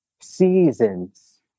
seasons